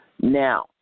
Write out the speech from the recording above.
Now